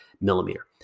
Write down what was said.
millimeter